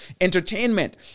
entertainment